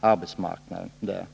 arbetsmarknaden där.